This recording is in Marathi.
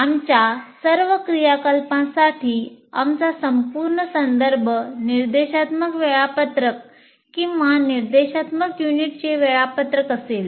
आमच्या सर्व क्रियाकलापांसाठी आमचा संपूर्ण संदर्भ निर्देशात्मक वेळापत्रक किंवा निर्देशात्मक युनिटचे वेळापत्रक असेल